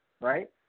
right